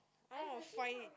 I want to find it